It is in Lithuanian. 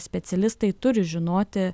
specialistai turi žinoti